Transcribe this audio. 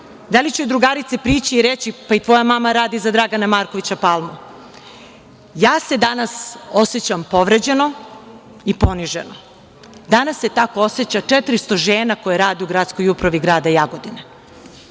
Da li će joj drugarice prići i reći – pa i tvoja mama radi za Dragana Markovića Palmu? Ja se danas osećam povređeno i poniženo. Danas se tako oseća 400 žena koje radi u Gradskoj upravi grada Jagodine. Da